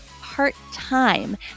part-time